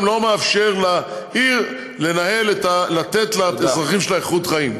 לא מאפשר לעיר לתת לאזרחים שלה איכות חיים.